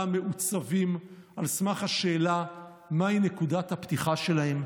מעוצבים על סמך השאלה מהי נקודת הפתיחה שלהם,